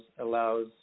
allows